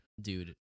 dude